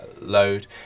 load